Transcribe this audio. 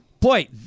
Boy